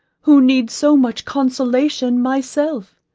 who need so much consolation myself?